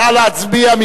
נא להצביע.